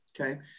Okay